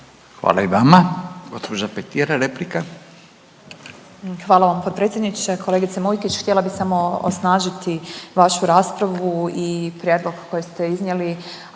Marijana (Nezavisni)** Hvala vam potpredsjedniče. Kolegice Mujkić htjela bi samo osnažiti vašu raspravu i prijedlog koji ste iznijeli,